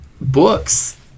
books